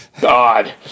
God